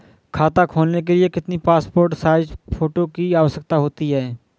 खाता खोलना के लिए कितनी पासपोर्ट साइज फोटो की आवश्यकता होती है?